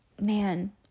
man